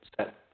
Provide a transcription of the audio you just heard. set